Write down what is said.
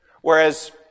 Whereas